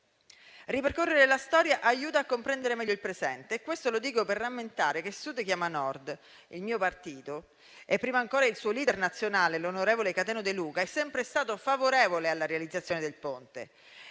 Ripercorrere la storia aiuta a comprendere meglio il presente. Dico questo per rammentare che Sud chiama Nord, il partito a cui appartengo, e prima ancora il suo *leader* nazionale, l'onorevole Cateno De Luca, è sempre stato favorevole alla realizzazione del Ponte: